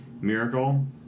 Miracle